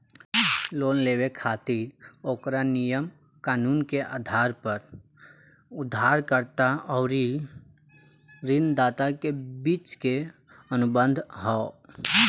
loan लेबे खातिर ओकरा नियम कानून के आधार पर उधारकर्ता अउरी ऋणदाता के बीच के अनुबंध ह